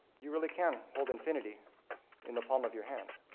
you really can hold infinity in the palm of your hand.